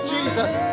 Jesus